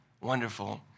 wonderful